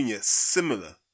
similar